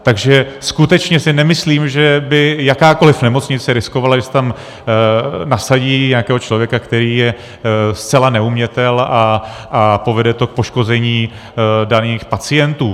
Takže skutečně si nemyslím, že by jakákoliv nemocnice riskovala, že si tam nasadí nějakého člověka, který je zcela neumětel, a povede to k poškození daných pacientů.